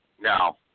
No